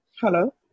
Hello